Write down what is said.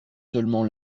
seulement